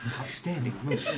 Outstanding